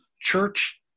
church